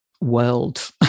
world